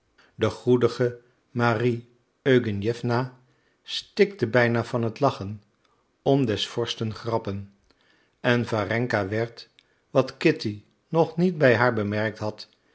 de goedige marie eugenjewna stikte bijna van lachen om des vorsten grappen en warenka werd wat kitty nog niet bij haar bemerkt had